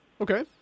Okay